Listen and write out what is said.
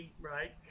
right